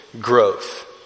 growth